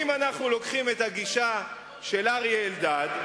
אם אנחנו לוקחים את הגישה של אריה אלדד,